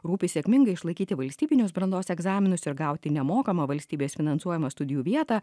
rūpi sėkmingai išlaikyti valstybinius brandos egzaminus ir gauti nemokamą valstybės finansuojamą studijų vietą